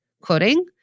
quoting